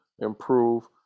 improve